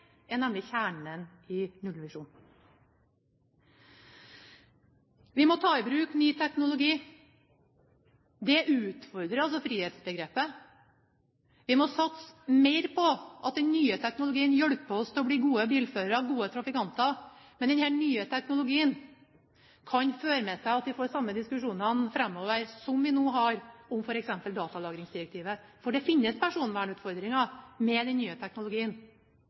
er nemlig kjernen i nullvisjonen. Vi må ta i bruk ny teknologi. Det utfordrer frihetsbegrepet. Vi må satse mer på at den nye teknologien hjelper oss til å bli gode bilførere, gode trafikanter. Men denne nye teknologien kan føre med seg at vi får den samme diskusjonen framover som vi nå har om f.eks. datalagringsdirektivet. For det finnes personvernutfordringer med den nye teknologien.